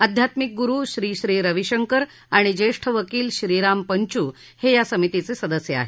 अध्यात्मिक गुरु श्री श्री रवीशंकर आणि ज्येष्ठ वकील श्रीराम पंचू हे या समितीचे सदस्य आहेत